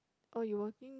oh you working